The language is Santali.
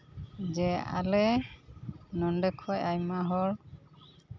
ᱡᱮ ᱟᱞᱮ ᱱᱚᱰᱮ ᱠᱷᱚᱱ ᱟᱭᱢᱟ ᱦᱚᱲ